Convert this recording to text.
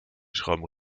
schrauben